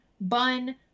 bun